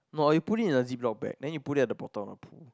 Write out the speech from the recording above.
no or you put it in a Ziplock bag then you put it at the bottom of the pool